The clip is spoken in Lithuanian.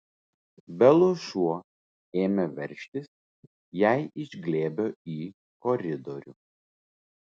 belos šuo ėmė veržtis jai iš glėbio į koridorių